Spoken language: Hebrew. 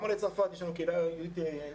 גם בין עולי צרפת יש לנו קהילה יהודית צרפתית